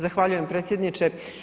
Zahvaljujem predsjedniče.